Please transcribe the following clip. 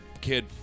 kid